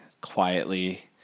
quietly